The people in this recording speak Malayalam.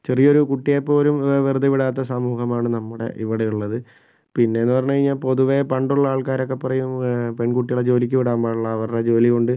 ചെറിയൊരു കുട്ടിയെ പോലും വെറുതെ വിടാത്ത സമൂഹമാണ് നമ്മുടെ ഇവിടെ ഉള്ളത് പിന്നേന്ന് പറഞ്ഞ് കഴിഞ്ഞാൽ പൊതുവെ പണ്ടുള്ള ആൾക്കാരൊക്കെ പറയും പെൺകുട്ടികളെ ജോലിക്ക് വിടാൻ പാടില്ല അവരുടെ ജോലി കൊണ്ട്